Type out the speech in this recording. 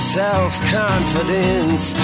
self-confidence